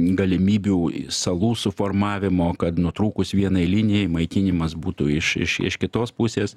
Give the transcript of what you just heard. galimybių salų suformavimo kad nutrūkus vienai linijai maitinimas būtų iš iš iš kitos pusės